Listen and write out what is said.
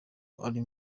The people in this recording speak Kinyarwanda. uri